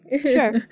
sure